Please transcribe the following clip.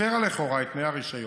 הפרה לכאורה את תנאי הרישיון